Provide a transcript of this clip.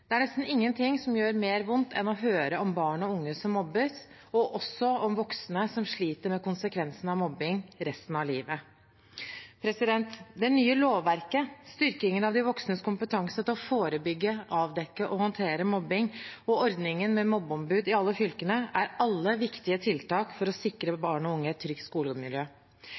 Det er nesten ingenting som gjør mer vondt enn å høre om barn og unge som mobbes, og også om voksne som sliter med konsekvensene av mobbing resten av livet. Det nye lovverket, styrkingen av de voksnes kompetanse til å forebygge, avdekke og håndtere mobbing og ordningen med mobbeombud i alle fylkene, er alle viktige tiltak for å sikre barn og unge et trygt skolemiljø.